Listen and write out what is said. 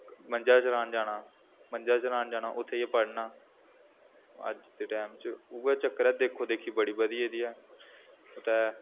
मंजां चरान जाना मंजां चरान जाना उत्थें जाइयै पढ़ना अज्ज दे टैम च उऐ चक्कर ऐ देखो देखी बड़ी बधी गेदी ऐ